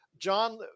John